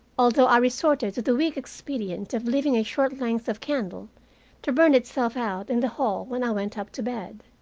although i resorted to the weak expedient of leaving a short length of candle to burn itself out in the hall when i went up to bed.